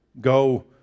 go